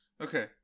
okay